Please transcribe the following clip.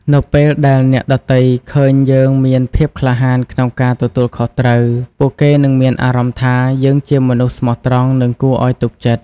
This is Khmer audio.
នៅពេលដែលអ្នកដទៃឃើញយើងមានភាពក្លាហានក្នុងការទទួលខុសត្រូវ ពួកគេនឹងមានអារម្មណ៍ថា យើងជាមនុស្សស្មោះត្រង់ និងគួរឱ្យទុកចិត្ត។